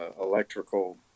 electrical